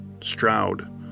Stroud